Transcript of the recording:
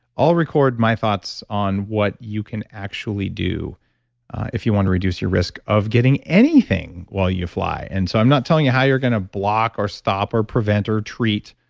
i'll record my thoughts on what you can actually do if you want to reduce your risk of getting anything while you fly. and so, i'm not telling you how you're going to block or stop or prevent or treat